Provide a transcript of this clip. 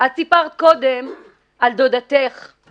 דבר שני,